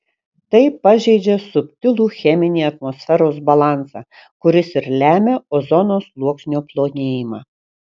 tai pažeidžia subtilų cheminį atmosferos balansą kuris ir lemia ozono sluoksnio plonėjimą